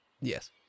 Yes